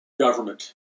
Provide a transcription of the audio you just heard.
government